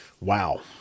Wow